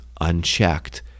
unchecked